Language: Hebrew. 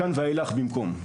מכאן ואילך במקום.